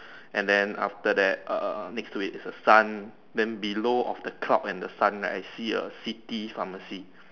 and then after that err next to it is a sun then below of the cloud and the sun right I see a city pharmacy